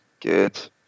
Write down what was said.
good